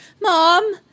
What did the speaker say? Mom